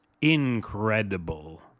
incredible